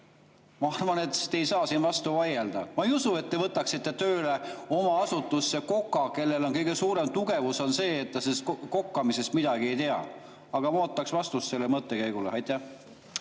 Ma arvan, et te ei saa siin vastu vaielda. Ma ei usu, et te võtaksite tööle oma asutusse koka, kelle kõige suurem tugevus on see, et ta kokkamisest midagi ei tea. Aga ma ootaks vastust sellele mõttekäigule. Aitäh,